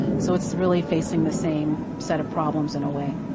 so it's really facing the same set of problems in a way.